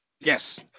Yes